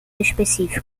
específica